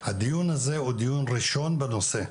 הדיון הזה הוא דיון ראשון בנושא.